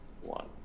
one